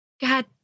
God